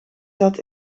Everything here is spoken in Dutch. zat